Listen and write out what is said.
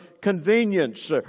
convenience